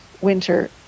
winter